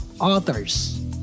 authors